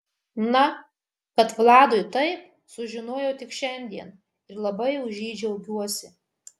na kad vladui taip sužinojau tik šiandien ir labai už jį džiaugiuosi